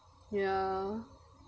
ya